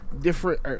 different –